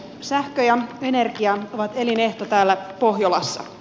sähkö ja energia ovat elinehto täällä pohjolassa